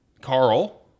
Carl